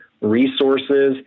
resources